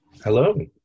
Hello